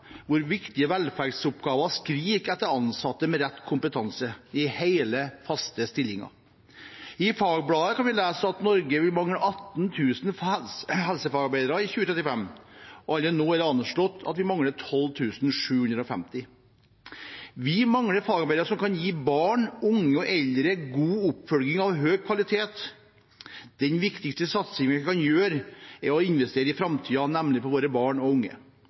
hvor viktige velferdsoppgaver skriker etter ansatte med rett kompetanse – i hele, faste stillinger. I Fagbladet kan vi lese at Norge vil mangle 18 000 helsefagarbeidere i 2035, og allerede nå er det anslått at vi mangler 12 750. Vi mangler fagarbeidere som kan gi barn, unge og eldre god oppfølging av høy kvalitet. Den viktigste satsingen vi kan gjøre, er å investere i framtiden, nemlig i våre barn og unge.